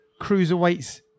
cruiserweights